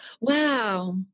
Wow